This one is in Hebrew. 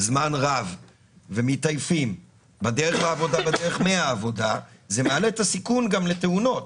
זמן רב ומתעייפים בדרך לעבודה ובדרך מהעבודה מעלה את הסיכון לתאונות,